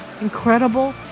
incredible